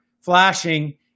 flashing